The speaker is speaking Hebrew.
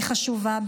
היא חשובה,